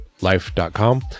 life.com